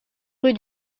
rue